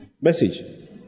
Message